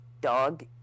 dog